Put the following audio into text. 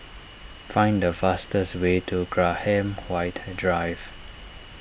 find the fastest way to Graham White Drive